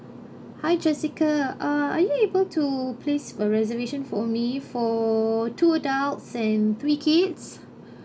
hi jessica uh are you able to place a reservation for me for two adults and three kids